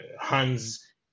Hans